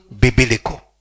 biblical